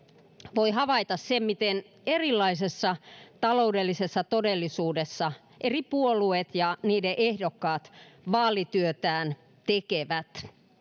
voi havaita sen miten erilaisessa taloudellisessa todellisuudessa eri puolueet ja niiden ehdokkaat vaalityötään tekevät